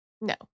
No